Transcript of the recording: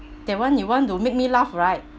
that one you want to make me laugh right